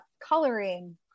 coloring